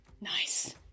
nice